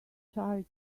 charity